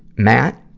matt,